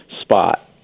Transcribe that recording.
spot